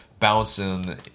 Bouncing